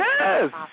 Yes